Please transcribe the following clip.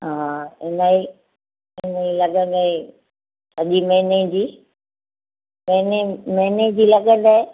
हा हिन ई हिन ई लॻंदई सॼी महीने जी महीने महीने जी लॻंदई